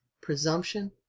presumption